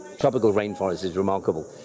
tropical rainforest is remarkable.